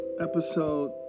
Episode